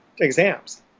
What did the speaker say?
exams